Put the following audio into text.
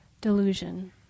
delusion